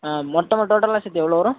ஆ மொத்தமா டோட்டலாக சேர்த்து எவ்வளோ வரும்